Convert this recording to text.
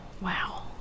Wow